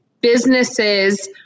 businesses